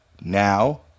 Now